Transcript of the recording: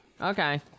okay